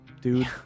dude